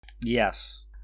yes